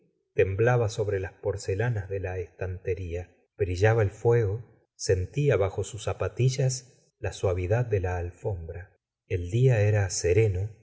temblaba sobre las porcelanas de la estantería brillaba el fuego sentía bajo sus zapatillas la suavidad de la alfombra el día era sereno